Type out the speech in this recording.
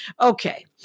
Okay